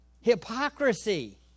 Hypocrisy